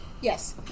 Yes